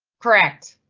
correct,